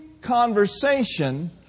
conversation